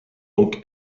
donc